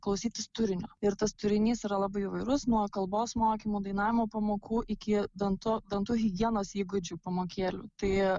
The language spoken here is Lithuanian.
klausytis turinio ir tas turinys yra labai įvairus nuo kalbos mokymų dainavimo pamokų iki dantų dantų higienos įgūdžių pamokėlių tai